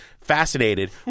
fascinated